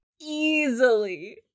Easily